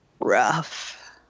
rough